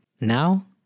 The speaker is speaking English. Now